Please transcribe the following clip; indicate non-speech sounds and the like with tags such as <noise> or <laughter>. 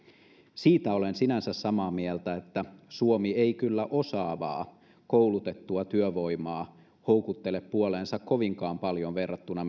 siitä olen sinänsä samaa mieltä että suomi ei kyllä osaavaa koulutettua työvoimaa houkuttele puoleensa kovinkaan paljon verrattuna <unintelligible>